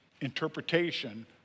interpretation